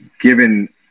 given